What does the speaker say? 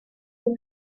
few